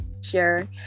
Sure